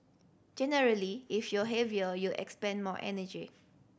generally if you're heavier you expend more energy